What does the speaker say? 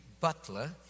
Butler